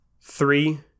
three